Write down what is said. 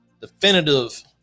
definitive